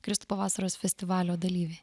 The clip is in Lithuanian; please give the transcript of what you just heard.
kristupo vasaros festivalio dalyviai